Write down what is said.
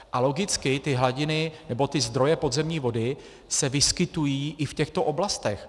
A logicky ty hladiny nebo ty zdroje podzemní vody se vyskytují i v těchto oblastech.